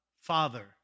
Father